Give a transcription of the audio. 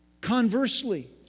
Conversely